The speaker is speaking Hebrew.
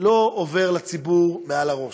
לא עובר לציבור מעל הראש.